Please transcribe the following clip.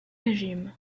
régime